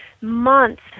months